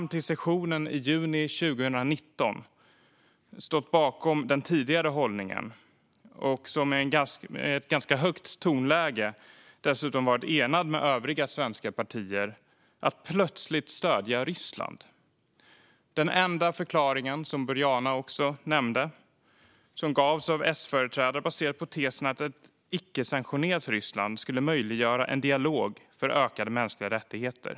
Fram till sessionen i juni 2019 hade man ju stått bakom den tidigare hållningen och med ett ganska högt tonläge dessutom varit enig med övriga svenska partier. Den enda förklaringen som gavs av S-företrädare, vilket också nämndes av Boriana Åberg, baserades på tesen att ett icke-sanktionerat Ryssland skulle möjliggöra en dialog för ökade mänskliga rättigheter.